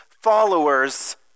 followers